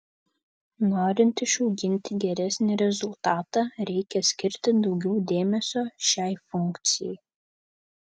norint išgauti geresnį rezultatą reikia skirti daugiau dėmesio šiai funkcijai